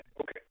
okay